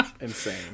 insane